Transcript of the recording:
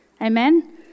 Amen